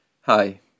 Hi